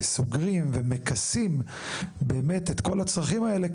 סוגרים ומכסים באמת את כל הצרכים האלה,